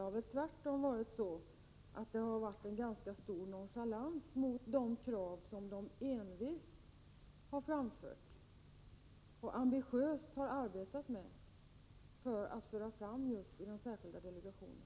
Tvärtom har det visats en ganska stor nonchalans mot de krav som handikapporganisationerna envist har framfört och ambitiöst arbetat med just i den särskilda delegationen.